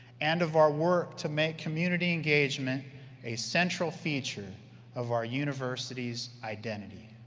and of our work to make community engagement a central feature of our university's identity.